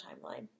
timeline